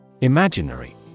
Imaginary